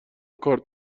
کارت